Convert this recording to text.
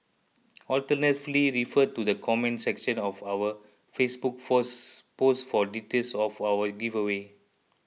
alternatively refer to the comment section of our Facebook force post for details of our giveaway